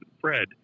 Fred